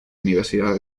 universidad